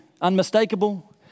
unmistakable